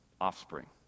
offspring